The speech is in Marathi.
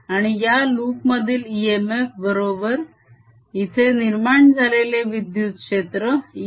आणि या लूपमधील इएमएफ बरोबर इथे निर्माण झालेले विद्युत क्षेत्र E